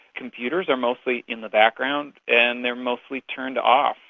computers are mostly in the background and they are mostly turned off.